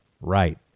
Right